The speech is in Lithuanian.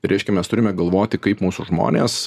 reiškia mes turime galvoti kaip mūsų žmonės